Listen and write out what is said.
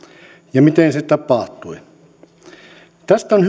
ja sitä miten se tapahtui tästä on